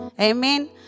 Amen